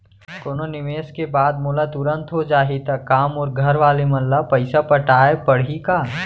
कोनो निवेश के बाद मोला तुरंत हो जाही ता का मोर घरवाले मन ला पइसा पटाय पड़ही का?